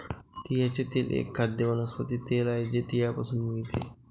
तिळाचे तेल एक खाद्य वनस्पती तेल आहे जे तिळापासून मिळते